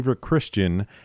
Christian